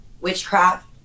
witchcraft